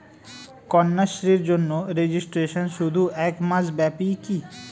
কন্যাশ্রীর জন্য রেজিস্ট্রেশন শুধু এক মাস ব্যাপীই কি?